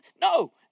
No